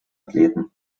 athleten